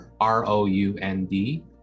R-O-U-N-D